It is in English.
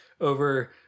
over